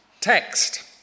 text